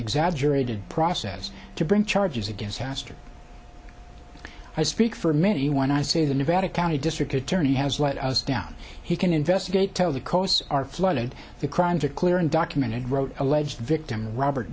exaggerated process to bring charges against hastert i speak for many when i say the nevada county district attorney has let us down he can investigate tell the coasts are flooded the crime to clear and documented wrote alleged victim robert